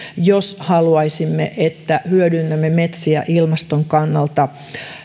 jos haluaisimme että hyödynnämme metsiä ilmaston kannalta